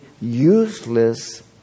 useless